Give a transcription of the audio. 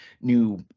new